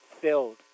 filled